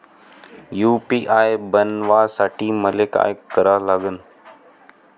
UPI बनवासाठी मले काय करा लागन?